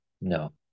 no